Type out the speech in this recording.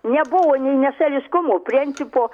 nebuvo nei nešališkumo principo